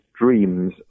dreams